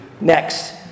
next